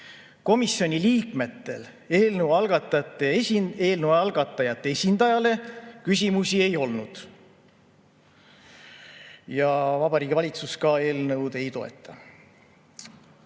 Komisjoni liikmetel eelnõu algatajate esindajale küsimusi ei olnud. Vabariigi Valitsus eelnõu ei toeta.